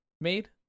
made